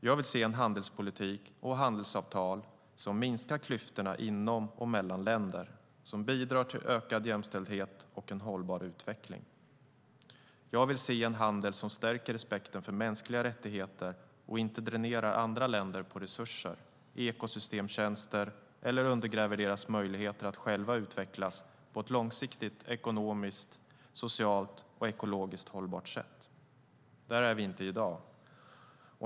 Jag vill se en handelspolitik och handelsavtal som minskar klyftorna inom och mellan länder och som bidrar till ökad jämställdhet och en hållbar utveckling. Jag vill se en handel som stärker respekten för mänskliga rättigheter och inte dränerar andra länder på resurser och ekosystemstjänster eller undergräver deras möjligheter att själva utvecklas på ett långsiktigt ekonomiskt, socialt och ekologiskt hållbart sätt. Där är vi inte i dag.